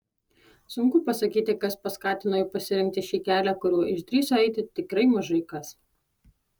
sunku pasakyti kas paskatino jį pasirinkti šį kelią kuriuo išdrįso eiti tikrai mažai kas